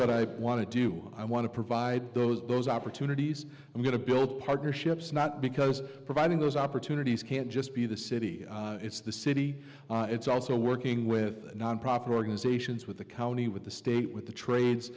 what i want to do i want to provide those opportunities i'm going to build partnerships not because providing those opportunities can't just be the city it's the city it's also working with nonprofit organizations with the county with the state with the trades